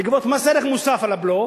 לגבות מס ערך מוסף על הבלו,